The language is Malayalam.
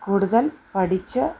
കൂടുതൽ പഠിച്ച്